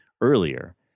earlier